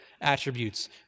attributes